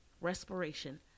respiration